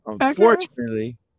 unfortunately